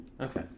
Okay